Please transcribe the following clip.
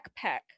backpack